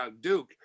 duke